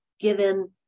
given